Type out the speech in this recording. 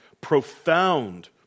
profound